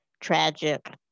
tragic